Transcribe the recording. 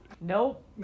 Nope